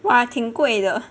哇挺贵的